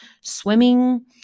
swimming